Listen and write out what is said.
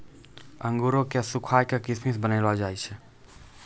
अंगूरो क सुखाय क किशमिश बनैलो जाय छै